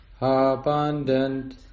abundant